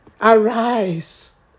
Arise